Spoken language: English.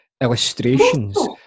illustrations